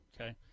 okay